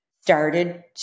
started